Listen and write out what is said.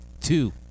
two